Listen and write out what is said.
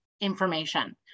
information